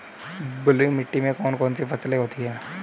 बलुई मिट्टी में कौन कौन सी फसलें होती हैं?